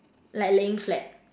like laying flat